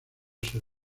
ser